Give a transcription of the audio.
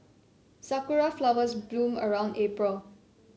Sakura flowers bloom around April